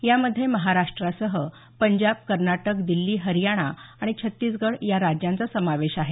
यामध्ये महाराष्ट्रासह पंजाब कर्नाटक दिल्ली हरियाणा आणि छत्तीसगढ या राज्यांचा समावेश आहे